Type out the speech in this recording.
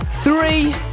Three